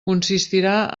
consistirà